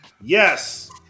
yes